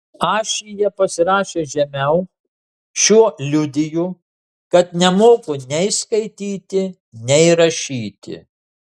ašyje pasirašęs žemiau šiuo liudiju kad nemoku nei skaityti nei rašyti